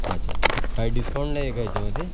अच्छा काही डिस्काऊंट नाही आहे का याच्यामध्ये